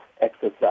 exercise